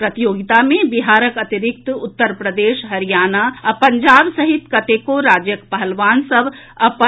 प्रतियोगिता मे बिहारक अतिरिक्त उत्तर प्रदेश हरियाणा आ पंजाब सहित कतेको राज्यक पहलवान सभ अपन दम खम देखौलनि